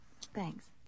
Thanks